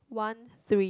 one three